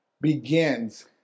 begins